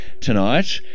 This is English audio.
tonight